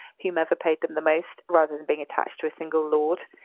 whomever paid them the most rather than being attached to a single lord.